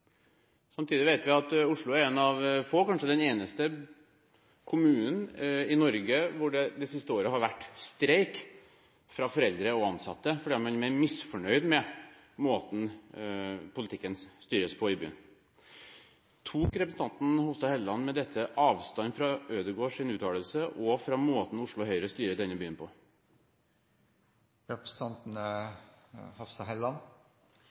Samtidig vet vi at Oslo er en av få kommuner i Norge – kanskje den eneste – hvor det det siste året har vært streik blant foreldre og ansatte fordi de er misfornøyd med måten politikken styres på i byen. Tok representanten Hofstad Helleland med dette avstand fra Ødegårds uttalelse og fra måten Oslo Høyre styrer denne byen på?